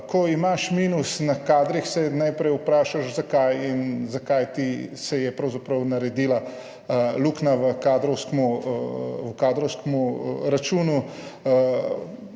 ko imaš minus na kadrih, se najprej vprašaš, zakaj se je pravzaprav naredila luknja v kadrovskem računu,